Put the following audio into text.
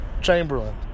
Chamberlain